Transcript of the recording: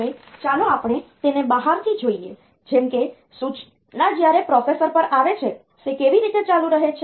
હવે ચાલો આપણે તેને બહારથી જોઈએ જેમ કે સૂચના જયારે પ્રોસેસર પર આવે છે તે કેવી રીતે ચાલુ રહે છે